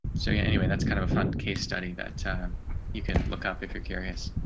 so yeah anyway, that's kind of a fun case study that you can look up if you're curious.